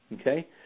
Okay